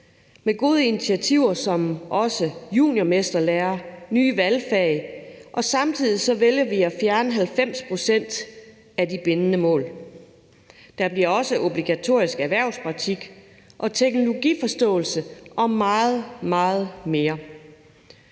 med gode initiativer som også juniormesterlære og nye valgfag, og samtidig vælger vi at fjerne 90 pct. af de bindende mål. Der bliver også obligatorisk erhvervspraktik, teknologiforståelse og meget, meget mere.